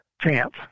chance